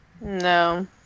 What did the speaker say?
No